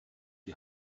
die